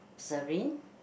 serene